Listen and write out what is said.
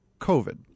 COVID